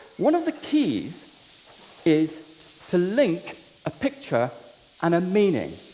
one of the keys is to link a picture and a meaning.